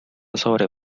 sobre